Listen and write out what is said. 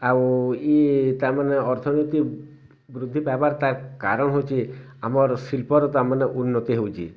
ଆଉ ତା'ମାନେ ଅର୍ଥନୀତି ବୃଦ୍ଧି ପାଇବାର ତା'ର କାରଣ ହେଉଛି ଆମର ଶିଳ୍ପର ତା'ମାନେ ଉନ୍ନତି ହେଉଛି